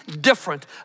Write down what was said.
different